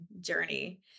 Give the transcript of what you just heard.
journey